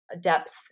depth